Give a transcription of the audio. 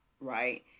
right